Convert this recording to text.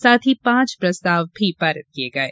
साथ ही पांच प्रस्ताव भी पारित किये गये